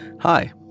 Hi